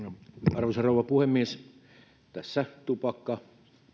arvoisa rouva puhemies tässä tupakkaveron